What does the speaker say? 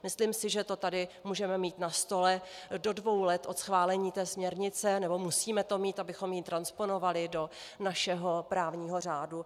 Myslím si, že to tady můžeme mít na stole do dvou let od schválení té směrnice, nebo musíme to mít, abychom ji transponovali do našeho právního řádu.